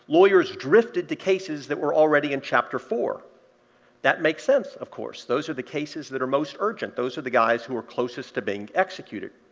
lawyers drifted to cases that were already in chapter four that makes sense, of course. those are the cases that are most urgent those are the guys who are closest to being executed.